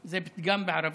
זה פתגם בערבית: